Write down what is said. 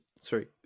Sorry